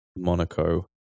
Monaco